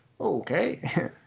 okay